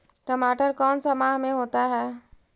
टमाटर कौन सा माह में होता है?